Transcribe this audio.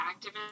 activist